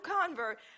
convert